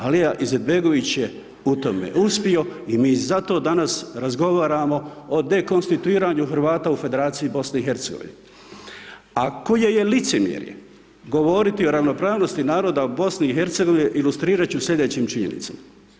Alija Izetbegović je u tome uspio i mi zato danas razgovaramo o dekonstituiranju Hrvata u BiH-u a koje je licemjerje govoriti o ravnopravnosti naroda BiH-a, ilustrirat ću slijedećim činjenicama.